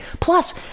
Plus